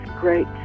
great